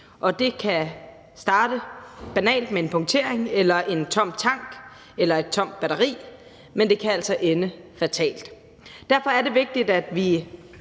Det kan starte banalt med en punktering eller en tom tank eller et tomt batteri, men det kan altså ende fatalt. Derfor er det vigtigt, at vi